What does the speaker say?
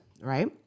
Right